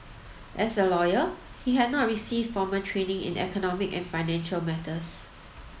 as a lawyer he had not received formal training in economic and financial matters